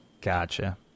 Gotcha